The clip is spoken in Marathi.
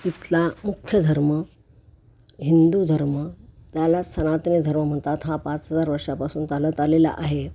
इथला मुख्य धर्म हिंदू धर्म त्याला सनातनी धर्म म्हणतात हा पाच हजार वर्षापासून चालत आलेला आहे